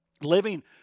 Living